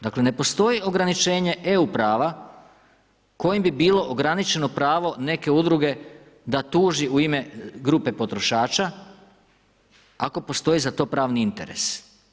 Dakle ne postoji ograničenje EU prava kojim bi bilo ograničeno pravo neke udruge da tuži u ime grupe potrošača, ako postoji za to pravni interes.